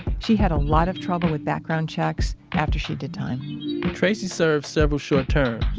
she had a lot of trouble with background checks after she did time tracy served several short terms.